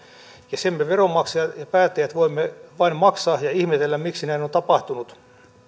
ja sen me me veronmaksajat ja päättäjät voimme vain maksaa ja ihmetellä miksi näin on tapahtunut